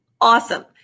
awesome